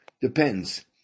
depends